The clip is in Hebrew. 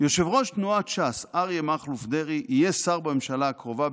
"יושב-ראש תנועת ש"ס אריה מכלוף דרעי יהיה שר בממשלה הקרובה,